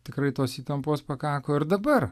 tikrai tos įtampos pakako ir dabar